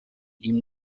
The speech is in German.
ihm